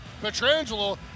Petrangelo